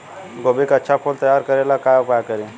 गोभी के अच्छा फूल तैयार करे ला का उपाय करी?